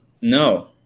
No